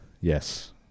Yes